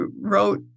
wrote